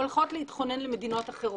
הולכות להתחנן למדינות אחרות.